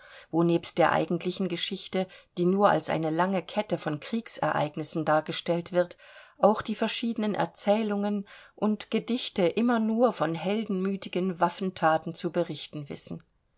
wo nebst der eigentlichen geschichte die nur als eine lange kette von kriegsereignissen dargestellt wird auch die verschiedenen erzählungen und gedichte immer nur von heldenmütigen waffenthaten zu berichten wissen